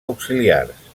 auxiliars